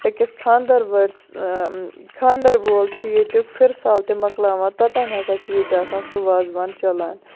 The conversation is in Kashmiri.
أکِس خاندر وٲلِس خاندر وول چھُ ییٚتیُک پھِرسال تہِ مۄکلاوان توتام ہسا چھُ آسان سُہ وازوان چَلان